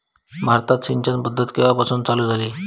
भारतात सिंचन पद्धत केवापासून चालू झाली?